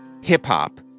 hip-hop